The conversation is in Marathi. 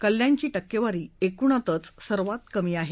कल्याणची टक्केवारी एकूणातच सर्वात कमी आहे